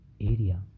area